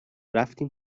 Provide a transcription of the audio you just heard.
رفتیم